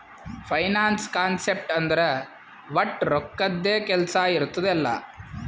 finance concept ಅಂದುರ್ ವಟ್ ರೊಕ್ಕದ್ದೇ ಕೆಲ್ಸಾ ಇರ್ತುದ್ ಎಲ್ಲಾ